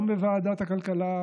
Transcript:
גם בוועדת הכלכלה,